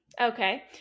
Okay